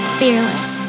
fearless